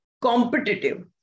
competitive